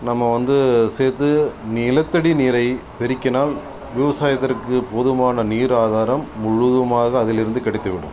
நம்ம வந்து சேர்த்து நிலத்தடி நீரை பெருக்கினால் விவசாயத்திற்கு போதுமான நீர் ஆதாரம் முழுவதுமாக அதில் இருந்து கிடைத்துவிடும்